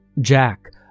Jack